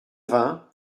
vingts